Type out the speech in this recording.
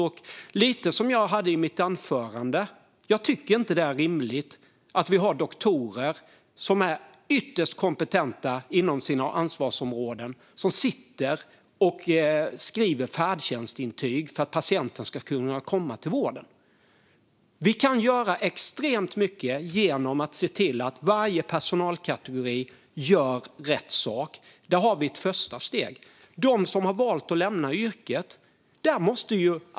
Som jag var inne på i mitt anförande tycker jag inte att det är rimligt att doktorer som är ytterst kompetenta inom sina ansvarsområden sitter och skriver färdtjänstintyg för att patienter ska kunna komma till vården. Vi kan göra extremt mycket genom att se till att varje personalkategori gör rätt sak. Där har vi ett första steg.